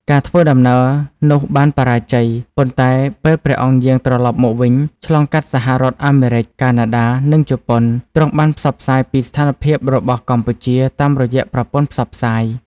ការធ្វើដំណើរនោះបានបរាជ័យ ប៉ុន្តែពេលព្រះអង្គយាងត្រឡប់មកវិញ ឆ្លងកាត់សហរដ្ឋអាមេរិក កាណាដា និងជប៉ុន ទ្រង់បានផ្សព្វផ្សាយពីស្ថានភាពរបស់កម្ពុជាតាមរយៈប្រព័ន្ធផ្សព្វផ្សាយ។